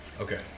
Okay